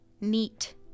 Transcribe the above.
neat